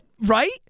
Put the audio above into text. Right